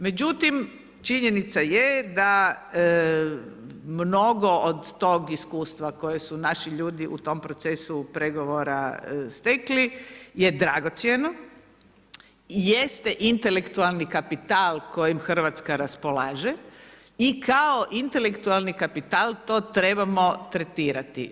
Međutim, činjenica je da mnogo od tog iskustva koje su naši ljudi u tom procesu pregovora stekli je dragocjeno, jeste intelektualni kapital kojim Hrvatska raspolaže i kao intelektualni kapitala to trebamo tretirati.